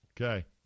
Okay